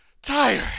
tired